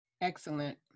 Excellent